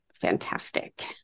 fantastic